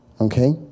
okay